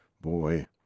Boy